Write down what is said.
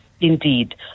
Indeed